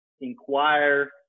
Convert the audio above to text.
inquire